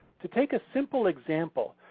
to take a simple example,